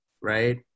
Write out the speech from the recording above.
right